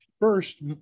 first